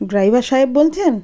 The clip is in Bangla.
ড্রাইভার সাহেব বলছেন